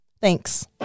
Thanks